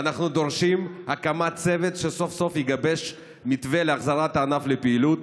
ואנחנו דורשים הקמת צוות שיגבש סוף-סוף מתווה להחזרת הענף לפעילות.